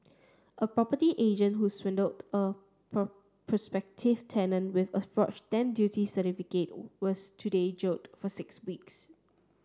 a property agent who swindled a prospective tenant with a forged stamp duty certificate was today jailed for six weeks